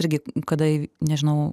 irgi kada nežinau